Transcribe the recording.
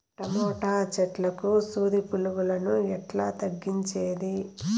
Tomato చెట్లకు సూది పులుగులను ఎట్లా తగ్గించేది?